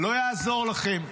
לא יעזור לכם,